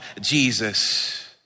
Jesus